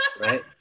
Right